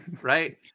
right